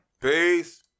peace